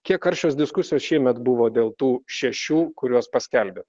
kiek aršios diskusijos šiemet buvo dėl tų šešių kuriuos paskelbėt